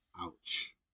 ouch